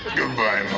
goodbye,